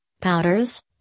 powders